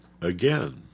again